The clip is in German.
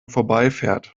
vorbeifährt